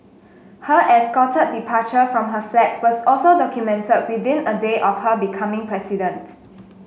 her escorted departure from her flat was also documented within a day of her becoming president